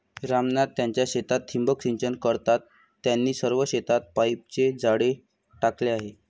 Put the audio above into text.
राम नाथ त्यांच्या शेतात ठिबक सिंचन करतात, त्यांनी सर्व शेतात पाईपचे जाळे टाकले आहे